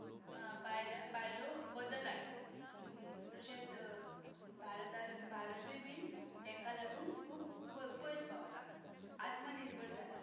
बायला बायलो बदल हाडटात तशेंत भारता भारतूय बीन तांकां लागून खूब व पयस पावला आत्मनिर्भर जाला